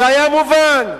זה היה מובן מאליו.